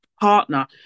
partner